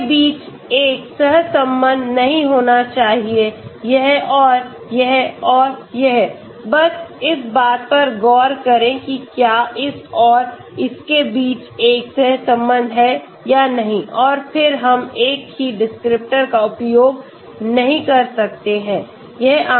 इस के बीच एक सहसंबंध नहीं होना चाहिए यह और यह और यह बस इस बात पर गौर करें कि क्या इस और इसके बीच एक सहसंबंध है या नहीं और फिर हम एक ही डिस्क्रिप्टरका उपयोग नहीं कर सकते हैं